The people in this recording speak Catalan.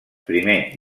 primer